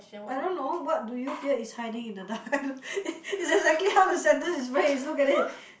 I don't know what do you fear is hiding in the dark it it's exactly how the sentence is phrase you look at it